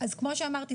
אז כמו שאמרתי,